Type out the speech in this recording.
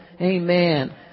Amen